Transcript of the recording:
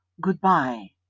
goodbye